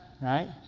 right